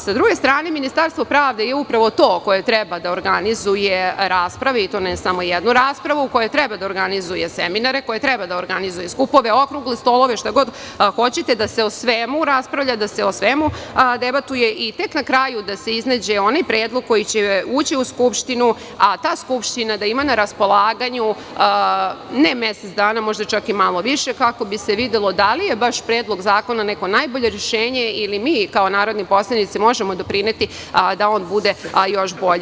S druge strane, Ministarstvo pravde je upravo to koje treba da organizuje neke rasprave i to ne samo jednu raspravu, koja treba da organizuje seminare, koja treba da organizuje skupove, okrugle stolove, šta god hoćete, da se o svemu raspravlja, da se o svemu debatuje i tek na kraju da se iznađe onaj predlog koji će ući u Skupštinu, a ta Skupština da ima na raspolaganju ne mesec dana, možda čak i malo više, kako bi se videlo da li je baš Predlog zakona neko najbolje rešenje, ili mi kao narodni poslanici možemo doprineti da on bude još bolji.